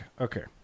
okay